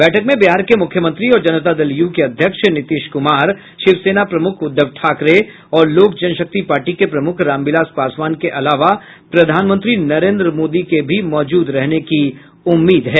बैठक में बिहार के मुख्यमंत्री और जनता दल यू के अध्यक्ष नीतीश कुमार शिवसेना प्रमुख उद्धव ठाकरे और लोक जनशक्ति पार्टी के प्रमुख रामविलास पासवान के अलावा प्रधानमंत्री नरेंद्र मोदी के भी मौजूद रहने की उम्मीद है